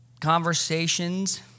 conversations